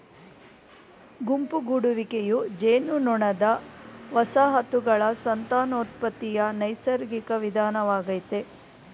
ಗುಂಪು ಗೂಡುವಿಕೆಯು ಜೇನುನೊಣದ ವಸಾಹತುಗಳ ಸಂತಾನೋತ್ಪತ್ತಿಯ ನೈಸರ್ಗಿಕ ವಿಧಾನವಾಗಯ್ತೆ